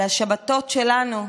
על השבתות שלנו,